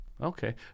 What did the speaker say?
Okay